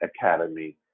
academy